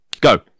go